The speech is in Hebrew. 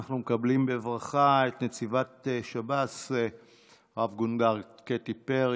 אנחנו מקבלים בברכה את נציבת שב"ס רב-גונדר קטי פרי.